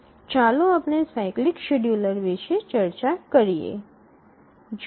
ચાલો આપણે cyclic scheduler વિષે ચર્ચા કરીએ